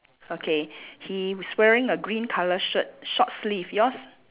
okay he is wearing a green colour shirt short sleeve yours